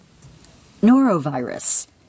Norovirus